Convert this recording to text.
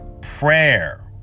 prayer